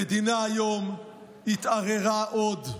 המדינה היום התערערה עוד.